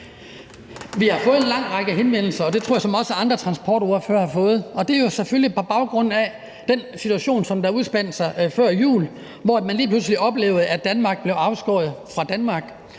Vi har fået en lang række henvendelser, og det tror jeg såmænd også andre transportordførere har fået, og det er jo selvfølgelig på baggrund af den situation, der udspandt sig før jul, hvor man lige pludselig oplevede, at Danmark blev afskåret fra Danmark,